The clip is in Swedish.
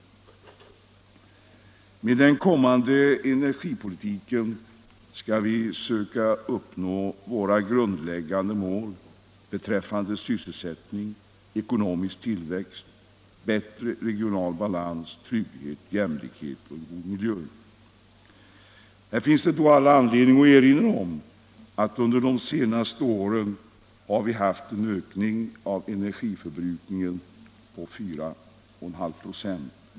Med den kommande energipolitiken skall vi söka uppnå våra grundläggande mål beträffande sysselsättning, ekonomisk tillväxt, bättre regional balans, trygghet, jämlikhet och en god miljö. Här finns det då anledning att erinra om att under de senaste åren har vi haft en ökning av energiförbrukningen på 4,5 96.